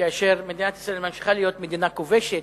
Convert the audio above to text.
כאשר מדינת ישראל ממשיכה להיות מדינה כובשת,